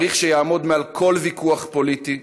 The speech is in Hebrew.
צריך שיעמוד מעל כל ויכוח פוליטי,